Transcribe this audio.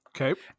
Okay